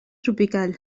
tropical